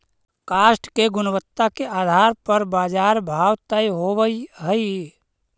काष्ठ के गुणवत्ता के आधार पर बाजार भाव तय होवऽ हई